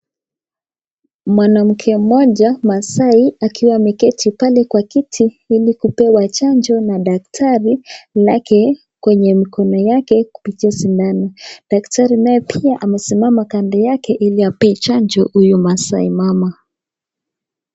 Mwanamke moja maasai akiwa ameketi pale kwa kiti ili kupewa chanjo na daktari lake kwenye mkono yake kupitia sindano. Daktari naye pia amesimama kando yake ili apee chanjo huyu maasai mama.